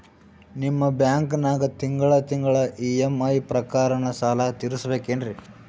ನಿಮ್ಮ ಬ್ಯಾಂಕನಾಗ ತಿಂಗಳ ತಿಂಗಳ ಇ.ಎಂ.ಐ ಪ್ರಕಾರನ ಸಾಲ ತೀರಿಸಬೇಕೆನ್ರೀ?